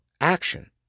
action